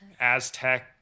Aztec